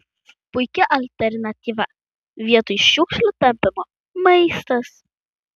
puiki alternatyva vietoj šiukšlių tampymo maistas